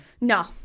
No